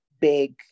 big